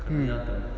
mmhmm